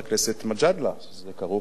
זה כרוך גם, בייבוא.